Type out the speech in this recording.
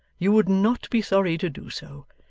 you would not be sorry to do so,